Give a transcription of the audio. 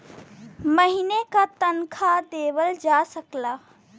महीने का तनखा देवल जा सकला